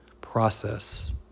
process